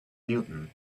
newton